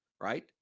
right